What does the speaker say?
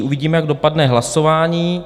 Uvidíme, jak dopadne hlasování.